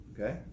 Okay